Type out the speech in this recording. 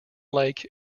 lake